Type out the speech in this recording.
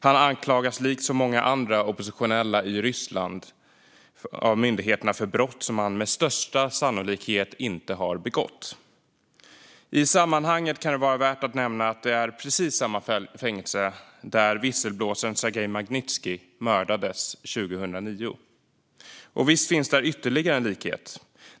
Han anklagas, likt så många andra oppositionella i Ryssland, av myndigheterna för brott som han med största sannolikhet inte har begått. I sammanhanget kan det vara värt att nämna att det är samma fängelse som visselblåsaren Sergej Magnitskij mördades i 2009. Och visst finns där ytterligare en likhet.